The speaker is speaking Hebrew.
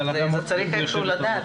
הישיבה ננעלה בשעה 11:33.